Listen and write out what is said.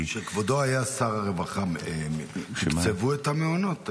--- כשכבודו היה שר הרווחה תקצבו את המעונות,